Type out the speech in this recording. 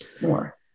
more